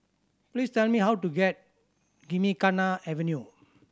please tell me how to get Gymkhana Avenue